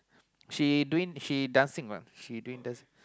she doing she dancing what she doing those